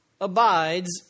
abides